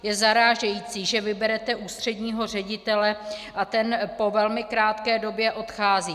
Je zarážející, že vyberete ústředního ředitele a ten po velmi krátké době odchází.